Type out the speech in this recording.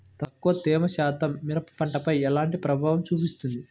తక్కువ తేమ శాతం మిరప పంటపై ఎలా ప్రభావం చూపిస్తుంది?